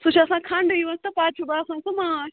سُہ چھُ آسان کھنڈٕے یُوت تہٕ پتہٕ چھُ باسان سُہ ماچھ